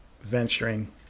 venturing